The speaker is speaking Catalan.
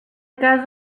casa